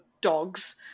dogs